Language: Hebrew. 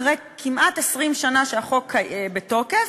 אחרי כמעט 20 שנה שהחוק בתוקף,